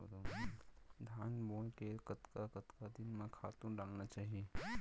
धान बोए के कतका कतका दिन म खातू डालना चाही?